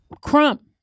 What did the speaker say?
Crump